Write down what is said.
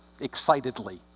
excitedly